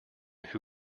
who